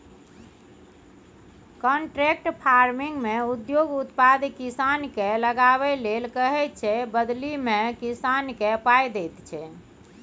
contract फार्मिंगमे उद्योग उत्पाद किसानकेँ लगाबै लेल कहैत छै बदलीमे किसानकेँ पाइ दैत छै